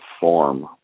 form